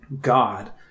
God